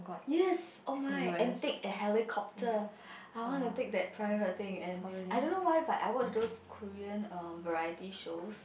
yes oh my and take the helicopter I wanna take that private thing and I don't know why but I watch those Korean um variety shows